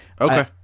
Okay